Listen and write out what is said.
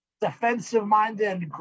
Defensive-minded